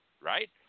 right